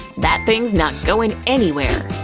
that thing's not going anywhere.